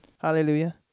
Hallelujah